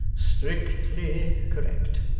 strictly correct.